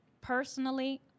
personally